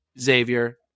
Xavier